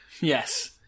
Yes